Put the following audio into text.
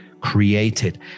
created